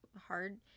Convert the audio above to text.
hard